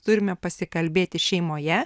turime pasikalbėti šeimoje